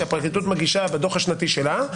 שהפרקליטות מגישה בדו"ח השנתי שלה,